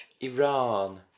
Iran